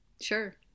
Sure